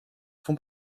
font